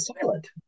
silent